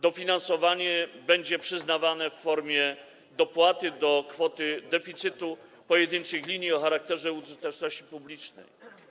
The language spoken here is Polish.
Dofinansowanie będzie przyznawane w formie dopłaty do kwoty deficytu pojedynczych linii o charakterze użyteczności publicznej.